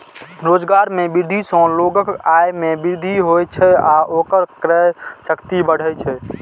रोजगार मे वृद्धि सं लोगक आय मे वृद्धि होइ छै आ ओकर क्रय शक्ति बढ़ै छै